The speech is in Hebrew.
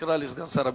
נקרא לסגן שר הביטחון.